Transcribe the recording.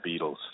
Beatles